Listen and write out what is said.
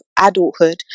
adulthood